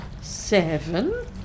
seven